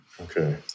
okay